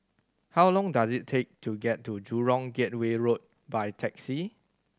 how long does it take to get to Jurong Gateway Road by taxi